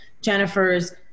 Jennifer's